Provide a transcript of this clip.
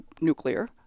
nuclear